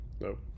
No